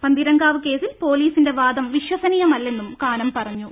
പന്തീരങ്കാവ് കേസിൽ പൊലീസിന്റെ വാദം വിശ്വസനീയമല്ലെന്നും കാനം പറഞ്ഞു